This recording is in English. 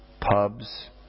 pubs